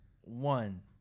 one